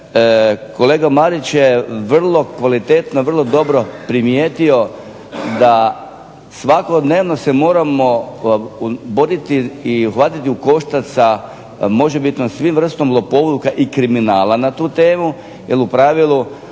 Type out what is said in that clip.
kolega Marić je vrlo dobro, vrlo kvalitetno primijetio da svakodnevno se moramo boriti i hvatati u koštac sa možebitnom svom vrstom kriminala i lopovluka na tu temu, jer u pravilu